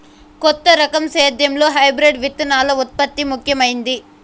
కొత్త రకం సేద్యంలో హైబ్రిడ్ విత్తనాల ఉత్పత్తి ముఖమైంది